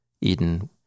Eden